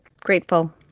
grateful